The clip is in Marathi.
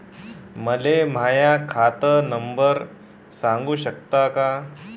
मले माह्या खात नंबर सांगु सकता का?